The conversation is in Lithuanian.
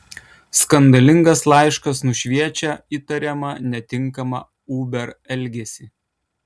skandalingas laiškas nušviečia įtariamą netinkamą uber elgesį